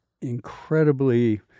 incredibly